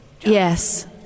Yes